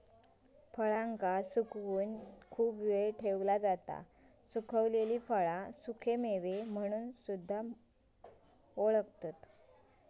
फळांका सुकवून खूप वेळ ठेवला जाता सुखवलेली फळा सुखेमेवे म्हणून असतत